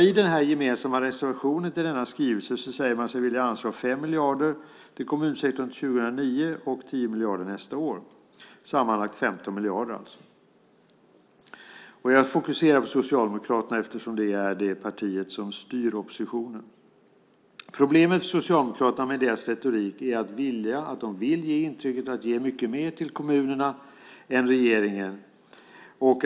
I den gemensamma reservationen till denna skrivelse säger man sig vilja anslå 5 miljarder till kommunsektorn till 2009 och 10 miljarder nästa år - alltså sammanlagt 15 miljarder. Jag fokuserar på Socialdemokraterna eftersom det är det parti som styr oppositionen. Problemet för Socialdemokraterna och deras retorik är att de vill ge intrycket av att ge mycket mer till kommunerna än regeringen.